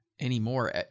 anymore